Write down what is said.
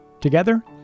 Together